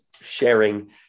sharing